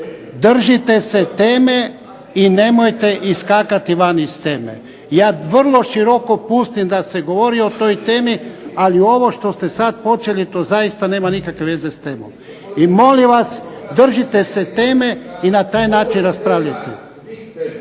Držite se teme i nemojte iskakati van iz teme. Ja vrlo široko pustim da se govori o toj temi, ali ovo što ste sad počeli to zaista nema nikakve veze s temom. I molim vas držite se teme i na taj način raspravljajte.